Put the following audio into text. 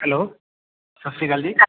hello ਸਤਿ ਸ਼੍ਰੀ ਅਕਾਲ ਜੀ